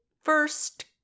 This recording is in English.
first